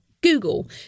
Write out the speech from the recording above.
Google